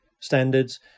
standards